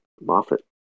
Moffat